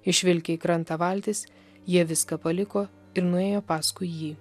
išvilkę į krantą valtis jie viską paliko ir nuėjo paskui jį